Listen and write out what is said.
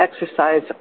exercise